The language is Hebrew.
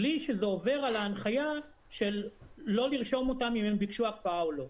בלי שזה עובר על ההנחיה של לא לרשום אותם אם הם ביקשו הקפאה או לא.